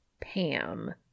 Pam